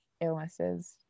illnesses